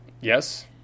Yes